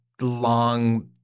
long